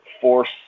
force